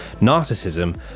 narcissism